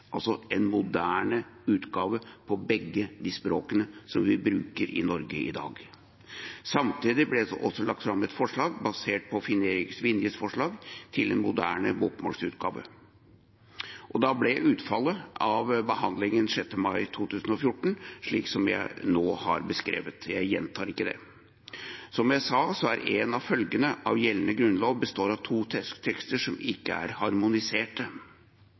moderne utgave på begge målformene vi bruker i Norge i dag. Samtidig ble det lagt fram et forslag basert på Finn-Erik Vinjes forslag til en moderne bokmålsutgave. Utfallet av behandlingen 6. mai 2014 ble slik jeg nå har beskrevet. Jeg gjentar ikke det. Som jeg sa, er en av følgene at gjeldende grunnlov består av to tekster som ikke er harmonisert.